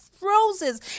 roses